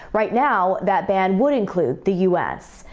right now that ban would include the u s.